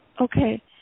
Okay